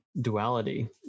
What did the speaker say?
duality